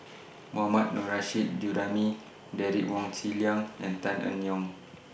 Mohammad Nurrasyid Juraimi Derek Wong Zi Liang and Tan Eng Yoon